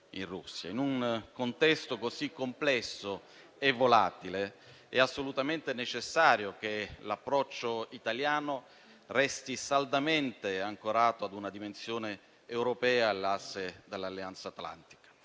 In un contesto così complesso e volatile, è assolutamente necessario che l'approccio italiano resti saldamente ancorato a una dimensione europea e all'asse dell'Alleanza atlantica,